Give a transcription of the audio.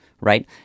right